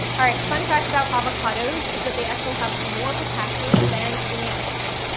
alright, fun fact about avocados is that they actually have more potassium than bananas.